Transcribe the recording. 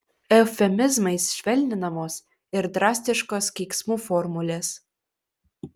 eufemizmais švelninamos ir drastiškos keiksmų formulės